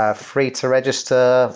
ah free to register.